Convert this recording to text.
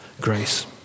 grace